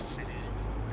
like that salah buat